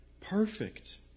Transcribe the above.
perfect